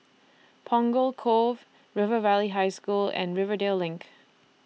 Punggol Cove River Valley High School and Rivervale LINK